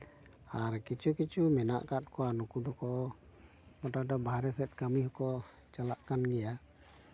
ᱟᱨ ᱠᱤᱪᱷᱩ ᱠᱤᱪᱷᱩ ᱢᱮᱱᱟᱜ ᱠᱟᱜ ᱠᱚᱣᱟ ᱱᱩᱠᱩ ᱫᱚᱠᱚ ᱢᱳᱴᱟᱢᱩᱴᱤ ᱵᱟᱦᱨᱮ ᱥᱮᱫ ᱠᱟᱹᱢᱤ ᱦᱚᱸᱠᱚ ᱪᱟᱞᱟᱜ ᱠᱟᱱ ᱜᱮᱭᱟ